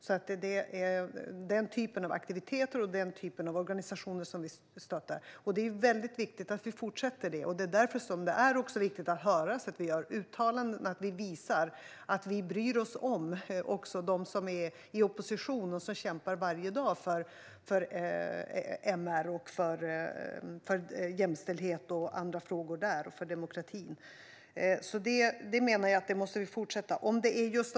Det är denna typ av aktiviteter och organisationer som vi stöttar. Det är viktigt att vi fortsätter med detta, och det är därför det också är viktigt att höras. Det är viktigt att vi gör uttalanden och visar att vi bryr oss om också dem som är i opposition och som kämpar varje dag för MR, för jämställdhet, för andra frågor och för demokratin. Jag menar att vi måste fortsätta med detta.